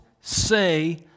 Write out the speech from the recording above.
say